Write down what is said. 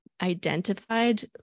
identified